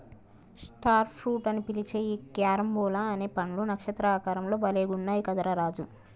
star fruits అని పిలిచే ఈ క్యారంబోలా అనే పండ్లు నక్షత్ర ఆకారం లో భలే గున్నయ్ కదా రా రాజు